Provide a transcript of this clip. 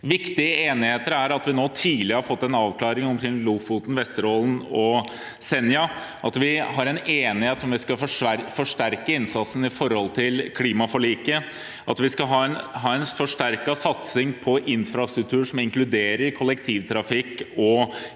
viktig at vi nå tidlig har fått en avklaring omkring Lofoten, Vesterålen og Senja, at det er enighet om at vi skal forsterke innsatsen med tanke på klimaforliket, at vi skal ha en forsterket satsing på infrastruktur som inkluderer kollektivtrafikk og